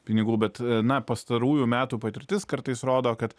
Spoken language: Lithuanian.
pinigų bet na pastarųjų metų patirtis kartais rodo kad